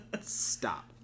stop